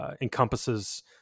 encompasses